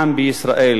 ולצערי הרב,